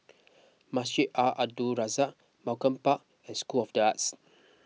Masjid Al Abdul Razak Malcolm Park and School of the Arts